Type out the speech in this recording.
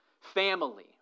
family